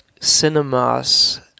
cinemas